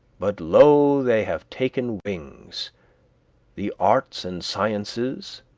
but lo! they have taken wings the arts and sciences,